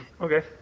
okay